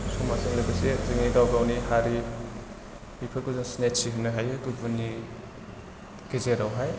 समाजजों लोगोसे जोंनि गाव गावनि हारि बेफोरखौ जों सिनायथि होनो हायो गुबुननि गेजेरावहाय